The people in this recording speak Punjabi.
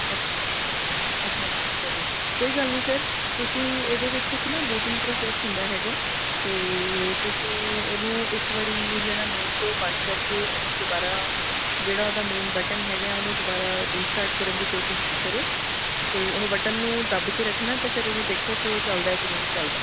ਅੱਛਾ ਜੀ ਅੱਛਾ ਜੀ ਅੱਛਾ ਜੀ ਕੋਈ ਗੱਲ ਨਹੀਂ ਸਰ ਤੁਸੀਂ ਇਹਦੇ ਵਿੱਚ ਇੱਕ ਨਾ ਬੂਟਿੰਗ ਪ੍ਰੋਸੈਸ ਹੁੰਦਾ ਹੈਗਾ ਅਤੇ ਤੁਸੀਂ ਉਹਨੂੰ ਇੱਕ ਵਾਰੀ ਜਿਹੜਾ ਮੇਨ ਦੋ ਬੰਦ ਕਰਕੇ ਉਹਨੂੰ ਦੁਬਾਰਾ ਜਿਹੜਾ ਉਹਦਾ ਮੇਨ ਬਟਨ ਹੈਗਾ ਉਹਨੂੰ ਦੁਬਾਰਾ ਰੀਸਟਾਰਟ ਕਰਨ ਦੀ ਕੋਸ਼ਿਸ਼ ਕਰੋ ਅਤੇ ਉਹਨੂੰ ਬਟਨ ਨੂੰ ਦੱਬ ਕੇ ਰੱਖਣਾ ਅਤੇ ਫਿਰ ਉਹਨੂੰ ਦੇਖੋ ਕੇ ਉਹ ਚੱਲਦਾ ਹੈ ਕਿ ਨਹੀਂ ਚੱਲਦਾ